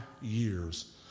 years